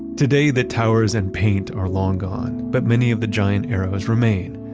today, the towers and paint are long gone, but many of the giant arrows remain,